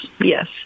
yes